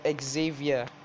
Xavier